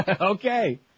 Okay